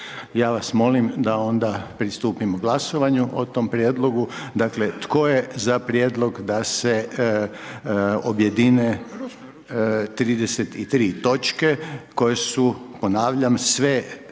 Ja vas molim da onda pristupimo glasovanju o tome prijedlogu, dakle tko je za prijedlog da se objedine 33 točke koje su ponavljam sve